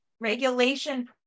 regulation